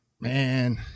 Man